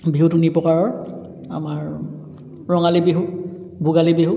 বিহু তিনি প্ৰকাৰৰ আমাৰ ৰঙালী বিহু ভোগালী বিহু